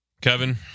Kevin